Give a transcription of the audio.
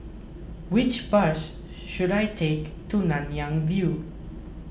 which bus should I take to Nanyang View